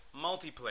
multiplayer